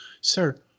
Sir